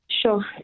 Sure